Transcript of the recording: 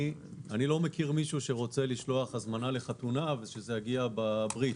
אני לא מכיר מישהו שרוצה לשלוח הזמנה לחתונה ושזה יגיע בברית.